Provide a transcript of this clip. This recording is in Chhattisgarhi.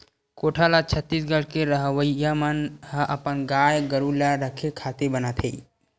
कोठा ल छत्तीसगढ़ के रहवइया मन ह अपन गाय गरु ल रखे खातिर बनाथे